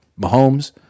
Mahomes